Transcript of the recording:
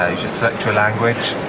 just search your language,